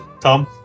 Tom